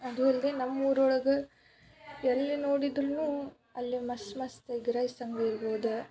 ಅದೂ ಅಲ್ಲದೆ ನಮ್ಮ ಊರ ಒಳಗೆ ಎಲ್ಲಿ ನೋಡಿದ್ರೂ ಅಲ್ಲಿ ಮಸ್ತ್ ಮಸ್ತ್ ಎಗ್ ರೈಸ್ ಅಂಗಡಿ ಇರ್ಬೋದು